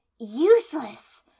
Useless